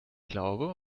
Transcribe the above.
glaube